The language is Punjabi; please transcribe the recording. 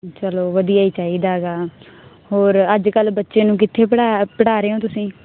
ਚਲੋ ਵਧੀਆ ਹੀ ਚਾਹੀਦਾ ਹੈਗਾ ਹੋਰ ਅੱਜ ਕੱਲ ਬੱਚੇ ਨੂੰ ਕਿੱਥੇ ਪੜਾ ਪੜਾ ਰਹੇ ਹੋ ਤੁਸੀਂ